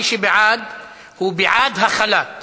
מי שבעד הוא בעד החלת